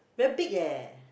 very big eh